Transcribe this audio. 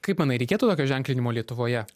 kaip manai reikėtų tokio ženklinimo lietuvoje